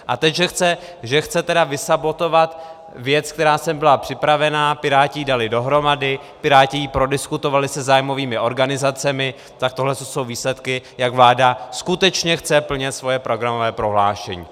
A teď že chce vysabotovat věc, která sem byla připravená, Piráti ji dali dohromady, Piráti ji prodiskutovali se zájmovými organizacemi, tak tohle jsou výsledky, jak vláda skutečně chce plnit svoje programové prohlášení.